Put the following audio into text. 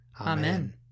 Amen